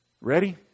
Ready